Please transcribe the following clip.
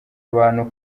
abantu